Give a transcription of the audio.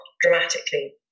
dramatically